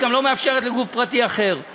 היא גם לא מאפשרת לגוף פרטי אחר.